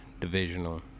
Divisional